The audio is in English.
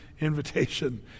invitation